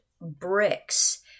bricks